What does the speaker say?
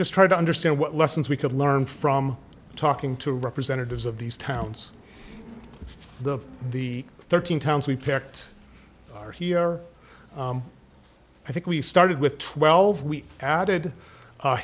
just try to understand what lessons we could learn from talking to representatives of these towns the the thirteen towns we picked are here i think we started with twelve we added a